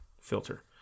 filter